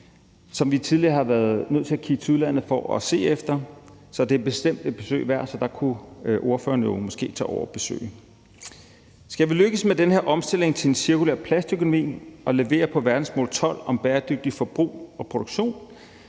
som vi tidligere har været nødt til at kigge til udlandet for at se. Det er bestemt et besøg værd, så det kunne ordføreren jo måske tage over at besøge. Skal vi lykkes med den her omstilling til en cirkulær plastøkonomi og levere på verdensmål 12 om bæredygtigt forbrug og produktion,